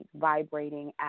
vibrating